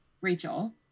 Rachel